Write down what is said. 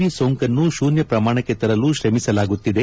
V ಸೋಂಕನ್ನು ಶೂನ್ತ ಪ್ರಮಾಣಕ್ಕೆ ತರಲು ಶ್ರಮಿಸಲಾಗುತ್ತಿದೆ